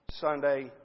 Sunday